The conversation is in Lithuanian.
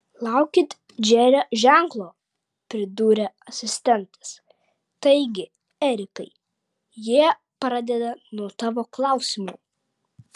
laukit džerio ženklo pridūrė asistentas taigi erikai jie pradeda nuo tavo klausimo